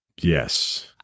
Yes